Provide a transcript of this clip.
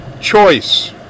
choice